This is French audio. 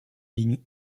ligne